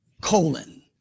colon